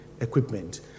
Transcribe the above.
equipment